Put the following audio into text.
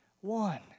one